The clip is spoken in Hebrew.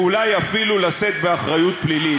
ואולי אפילו לשאת באחריות פלילית.